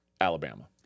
Alabama